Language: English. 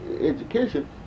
education